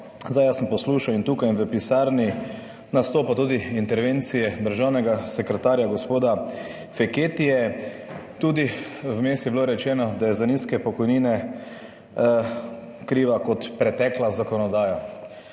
jaz sem poslušal in tukaj v pisarni nastopa tudi intervencije državnega sekretarja, gospoda Feketije, tudi vmes je bilo rečeno, da je za nizke pokojnine kriva kot pretekla zakonodaja.